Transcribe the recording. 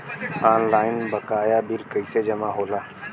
Online बकाया bill कैसे जमा होला?